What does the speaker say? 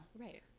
right